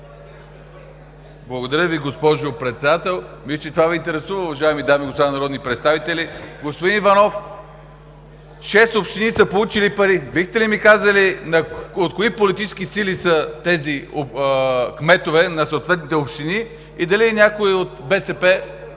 Благодаря Ви, госпожо Председател. Мисля, че това Ви интересува, уважаеми дами и господа народни представители. Господин Иванов, шест общини са получили пари. Бихте ли ми казали от кои политически сили са кметовете на съответните общини и дали някой кмет от БСП